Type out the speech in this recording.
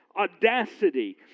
audacity